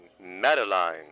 Madeline